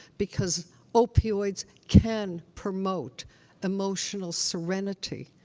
because opioids can promote emotional serenity,